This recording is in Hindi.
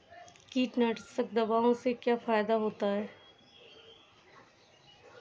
कीटनाशक दवाओं से क्या फायदा होता है?